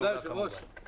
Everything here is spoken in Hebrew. הישיבה ננעלה בשעה 11:15.